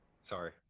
Sorry